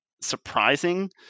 surprising